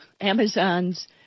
Amazon's